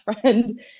friend